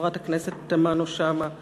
חברת הכנסת תמנו-שטה,